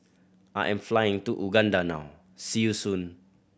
I am flying to Uganda now see you soon